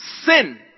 sin